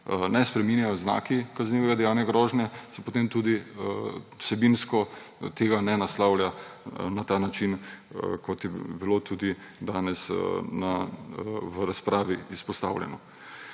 ne spreminjajo znaki kaznivega dejanja grožnje, se potem tudi vsebinsko tega ne naslavlja na takšen način, kot je bilo danes v razpravi izpostavljeno.